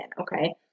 okay